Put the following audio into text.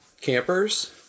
campers